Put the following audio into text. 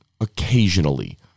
occasionally